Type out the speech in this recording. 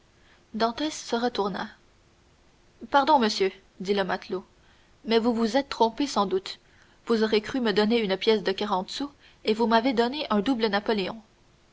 dantès se retourna pardon monsieur dit le matelot mais vous vous êtes trompé sans doute vous aurez cru me donner une pièce de quarante sous et vous m'avez donné un double napoléon